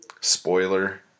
Spoiler